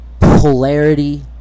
polarity